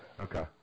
Okay